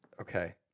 Okay